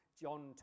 John